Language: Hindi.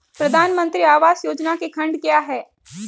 प्रधानमंत्री आवास योजना के खंड क्या हैं?